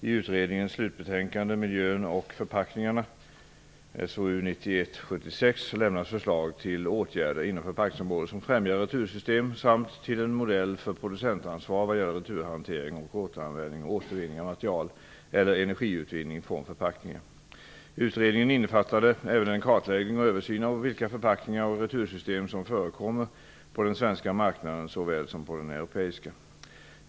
I utredningens slutbetänkande Miljön och förpackningarna lämnas förslag till åtgärder inom förpackningsområdet som främjar retursystem samt till en modell för producentansvar vad gäller returhantering och återanvändning, återvinning av material eller energiutvinning från förpackningar. Utredningen innefattade även en kartläggning och översyn av vilka förpackningar och retursystem som förekommer på den svenska marknaden såväl som på den europeiska.